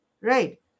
Right